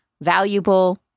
valuable